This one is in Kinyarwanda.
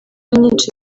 nyinshi